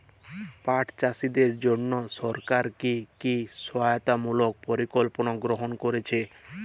পাট চাষীদের জন্য সরকার কি কি সহায়তামূলক পরিকল্পনা গ্রহণ করেছে?